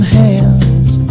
hands